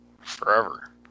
forever